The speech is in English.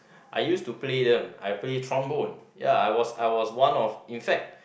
I use to play them I play trombone ya I was I was one of in fact